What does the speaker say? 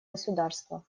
государства